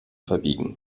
verbiegen